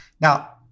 Now-